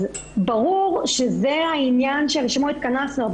אז ברור שזה העניין שלשמו התכנסנו,